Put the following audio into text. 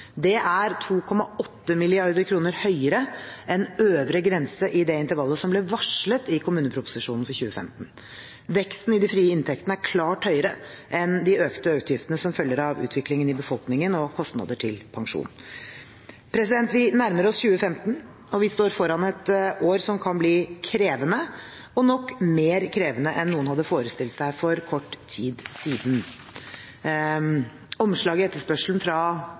Det er 2,8 mrd. kr høyere enn øvre grense i det intervallet som ble varslet i kommuneproposisjonen for 2015. Veksten i de frie inntektene er klart høyere enn de økte utgiftene som følger av utviklingen i befolkningen og kostnader til pensjon. Vi nærmer oss 2015, og vi står foran et år som kan bli krevende, og nok mer krevende enn noen hadde forestilt seg for kort tid siden. Omslaget i etterspørselen fra